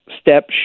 step